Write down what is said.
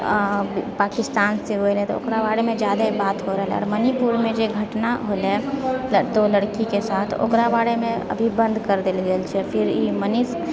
पाकिस्तानसँ होइ रहै तऽ ओकरा बारेमे जादे बात होइ रहलै आओर मणिपुरमे जे घटना होइले तऽ दो लड़कीके साथ ओकरा बारे मे अभि बन्द करि देल गेल छै फेर ई मनीष